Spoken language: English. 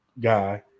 guy